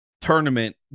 tournament